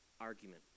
argument